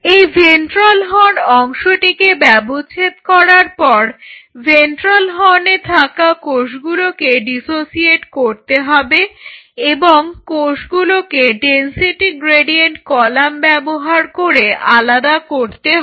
এই ventral horn অংশটিকে ব্যবচ্ছেদ করবার পর ভেন্ট্রাল হর্ণে থাকা কোষগুলোকে ডিসোসিয়েট করতে হবে এবং কোষগুলোকে ডেনসিটি গ্রেডিয়েন্ট কলাম ব্যবহার করে আলাদা করতে হবে